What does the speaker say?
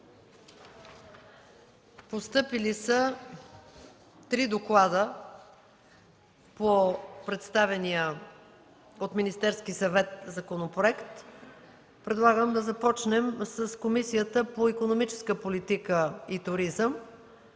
Постъпили са три доклада по представения от Министерския съвет законопроект. Предлагам да започнем с доклада на Комисията по икономическа политика и туризъм.